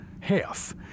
half